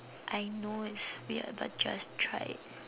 I know it's weird but just try it